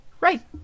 Right